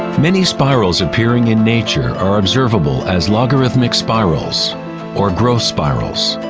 many spirals appearing in nature are observable as logarithmic spirals or growth spirals.